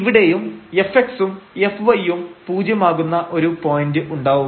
ഇവിടെയും fx ഉം fy ഉം പൂജ്യമാകുന്ന ഒരു പോയന്റ് ഉണ്ടാവും